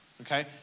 Okay